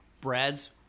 Brad's